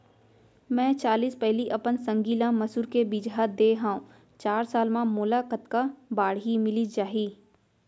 मैं चालीस पैली अपन संगी ल मसूर के बीजहा दे हव चार साल म मोला कतका बाड़ही मिलिस जाही?